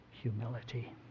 humility